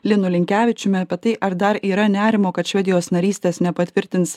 linu linkevičiumi apie tai ar dar yra nerimo kad švedijos narystės nepatvirtins